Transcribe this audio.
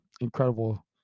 incredible